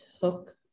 took